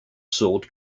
sword